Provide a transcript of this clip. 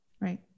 Right